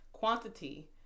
Quantity